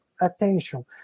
attention